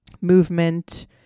movement